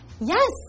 Yes